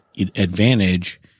advantage